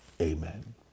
amen